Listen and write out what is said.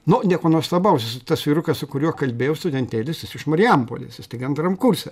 nu nieko nuostabaus tas vyrukas su kuriuo kalbėjau studentėlis jis iš marijampolės jis tik antram kurse